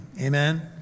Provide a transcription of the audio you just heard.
Amen